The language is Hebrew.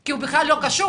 כי הוא בכלל לא קשור.